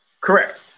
correct